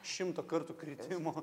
šimto kartų kritimo